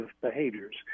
behaviors